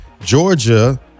Georgia